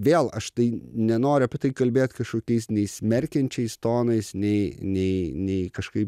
vėl aš tai nenoriu apie tai kalbėt kažkokiais nei smerkiančiais tonais nei nei nei kažkaip